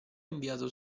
inviato